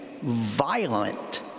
violent